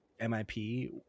MIP